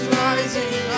rising